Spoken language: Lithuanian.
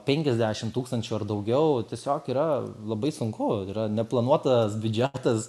penkiasdešim tūkstančių ar daugiau tiesiog yra labai sunku yra neplanuotas biudžetas